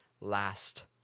Last